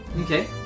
Okay